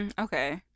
okay